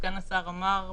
סגן השר אמר,